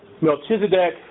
Melchizedek